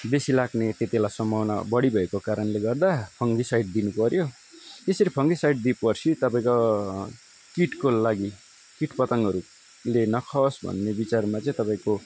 बेसी लाग्ने त्यति बेला सम्भावना बढी भएको कारणले गर्दा फङ्गिसाइड दिनु पर्यो त्यसरी फङ्गिसाइड दिए पछि तपाईँको किटको लागि किटपतङ्हरूले नखाओस् भन्ने विचारमा चाहिँ तपाईँको